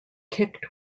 kicked